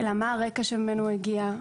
אלא מה הרקע שממנו הוא הגיע.